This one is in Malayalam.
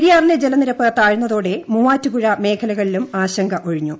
പെരിയാറിലെ ജലനിരപ്പ് താഴ്ന്നതോടെ മൂവാറ്റുപുഴ മേഖലകളിലും ആശങ്ക ഒഴിഞ്ഞു